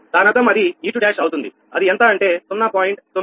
దానర్థం అది e21 అవుతుంది అది ఎంత అంటే 0